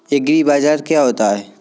एग्रीबाजार क्या होता है?